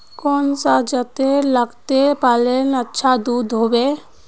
कौन सा जतेर लगते पाल्ले अच्छा दूध होवे?